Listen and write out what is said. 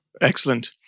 Excellent